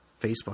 Facebook